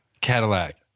Cadillac